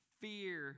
fear